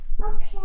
Okay